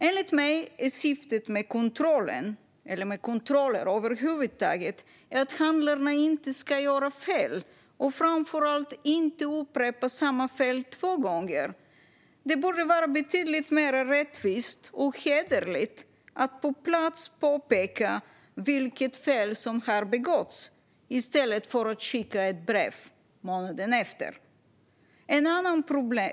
Enligt mig är syftet med kontrollen - och med kontroller över huvud taget - att handlarna inte ska göra fel och framför allt inte upprepa samma fel två gånger. Det borde vara betydligt mer rättvist och hederligt att på plats påpeka vilket fel som har begåtts i stället för att skicka ett brev månaden efter kontrollen.